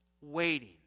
waiting